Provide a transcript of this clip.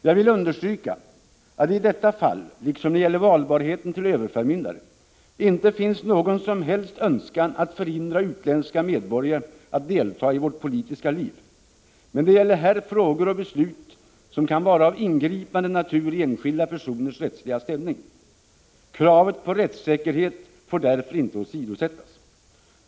Jag vill understryka att det i detta fall — liksom när det gäller valbarheten till överförmyndare — inte finns någon som helst önskan att förhindra utländska medborgare att delta i vårt politiska liv, men det gäller här frågor och beslut som kan vara av ingripande natur i enskilda personers rättsliga ställning. Kravet på rättssäkerhet får därför inte åsidosättas.